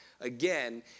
again